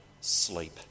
sleep